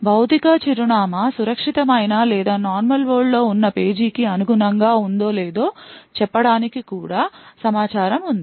భౌతిక చిరునామా సురక్షితమైన లేదా నార్మల్ వరల్డ్ లో ఉన్న పేజీకి అనుగుణంగా ఉందో లేదో చెప్పడానికి కూడా సమాచారం ఉంది